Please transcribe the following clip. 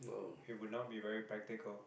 it would not be very practical